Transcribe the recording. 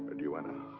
and duenna.